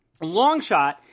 Longshot